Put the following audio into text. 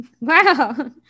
wow